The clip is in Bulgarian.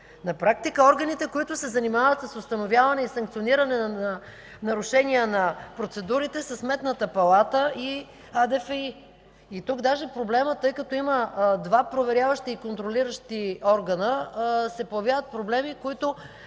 На практика органите, които се занимават с установяване и санкциониране на нарушения на процедурите, са Сметната палата и Агенцията за държавна финансова инспекция. Тук, тъй като има два проверяващи и контролиращи органа, се появяват проблеми, които